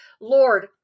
Lord